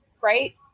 right